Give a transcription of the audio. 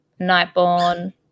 nightborn